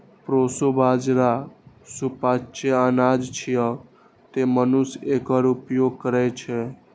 proso बाजारा सुपाच्य अनाज छियै, तें मनुष्य एकर उपभोग करै छै